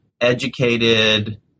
educated